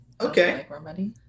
okay